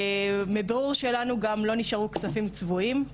מבירור שלנו גם לא נשארו כספים צבועים.